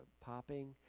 popping